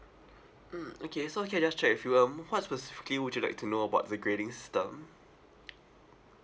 mm okay so can just I check with you um what specifically would you like to know about the gradings done